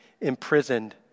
imprisoned